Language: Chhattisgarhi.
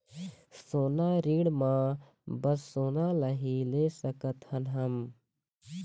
सोना ऋण मा बस सोना ला ही ले सकत हन हम?